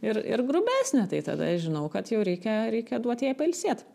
ir ir grubesnė tai tada žinau kad jau reikia reikia duot jai pailsėt